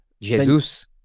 Jesus